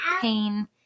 pain